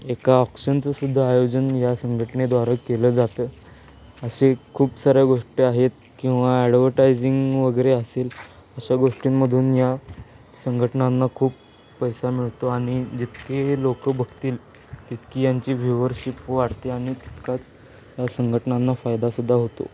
एका ऑक्शनचंसुद्धा आयोजन या संघटनेद्वारं केलं जातं असे खूप साऱ्या गोष्टी आहेत किंवा ॲडवटायझिंग वगैरे असेल अशा गोष्टींमधून या संघटनांना खूप पैसा मिळतो आणि जितके लोकं बघतील तितकी यांची व्ह्यूवरशिप वाढते आणि तितकाच या संघटनांना फायदासुद्धा होतो